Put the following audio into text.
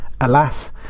Alas